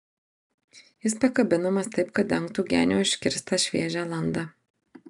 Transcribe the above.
jis pakabinamas taip kad dengtų genio iškirstą šviežią landą